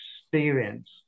experience